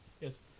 Yes